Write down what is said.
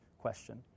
question